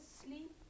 sleep